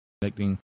connecting